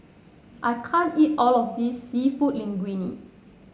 I can't eat all of this seafood Linguine